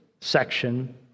section